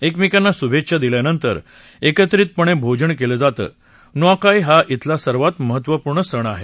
एकमेकांना शुभेच्छा दिल्यानंतर एकत्रितपणे भोजन केलं जातं नुआखाई हा श्विला सर्वात महत्त्वपूर्ण सण आहे